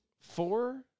Four